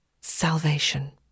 salvation